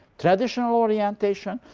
traditional orientation,